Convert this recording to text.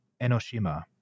Enoshima